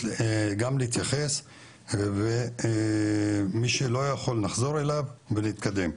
גם להתייחס ומי שלא יכול נחזור אליו ונתקדם.